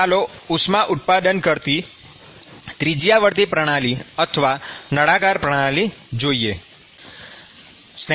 ચાલો ઉષ્મા ઉત્પાદન કરતી ત્રિજ્યાવર્તી પ્રણાલી અથવા નળાકાર પ્રણાલી જોઈએ